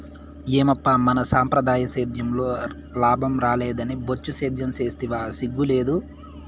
ఏమప్పా మన సంప్రదాయ సేద్యంలో లాభం రాలేదని బొచ్చు సేద్యం సేస్తివా సిగ్గు లేదూ